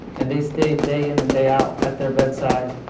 and they stayed, day in and day out, at their bedside,